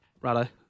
righto